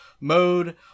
mode